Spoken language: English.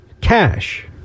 Cash